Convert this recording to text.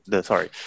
sorry